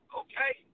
okay